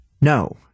No